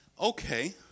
Okay